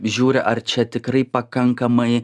žiūri ar čia tikrai pakankamai